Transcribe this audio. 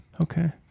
Okay